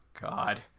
God